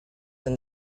than